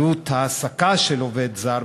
עלות ההעסקה של עובד זר,